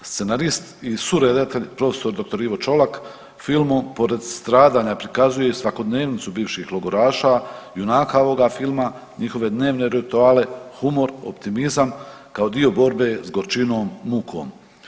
Scenarist i suredatelj, prof. dr. Ivo Čolak, filmom pored stradanja prikazuje i svakodnevnicu bivših logoraša, junaka ovoga filma, njihove dnevne rituale, humor, optimizam kao dio borbe s gorčinom, mukom.